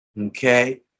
okay